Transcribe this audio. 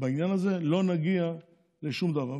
בעניין הזה, לא נגיע לשום דבר.